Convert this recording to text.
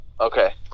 Okay